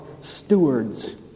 stewards